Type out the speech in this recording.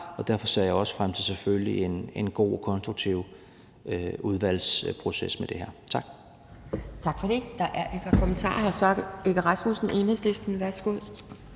Derfor ser jeg selvfølgelig også frem til en god og konstruktiv udvalgsproces om det her. Tak.